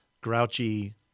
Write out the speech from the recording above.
grouchy